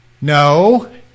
No